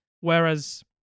Whereas